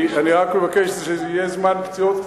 אני רק מבקש שיהיה קצת זמן פציעות.